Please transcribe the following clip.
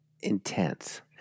intense